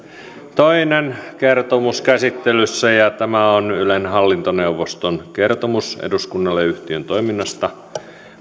toinen kertomus käsittelyssä ja tämä on ylen hallintoneuvoston kertomus eduskunnalle yhtiön toiminnasta